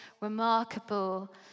remarkable